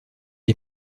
est